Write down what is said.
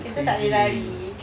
kita tak boleh lari